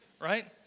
right